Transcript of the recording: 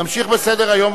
נמשיך בסדר-היום.